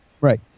Right